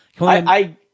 I-